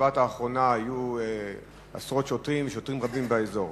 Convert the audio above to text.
שבשבת האחרונה היו עשרות שוטרים באזור.